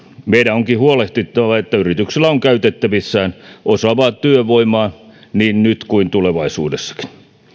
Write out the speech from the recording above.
meidän onkin huolehdittava että yrityksillä on käytettävissään osaavaa työvoimaa niin nyt kuin tulevaisuudessakin